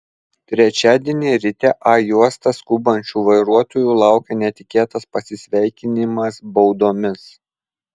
trečiadienį ryte a juosta skubančių vairuotojų laukė netikėtas pasisveikinimas baudomis